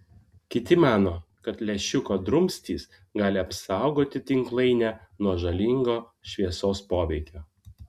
kiti mano kad lęšiuko drumstys gali apsaugoti tinklainę nuo žalingo šviesos poveikio